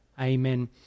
Amen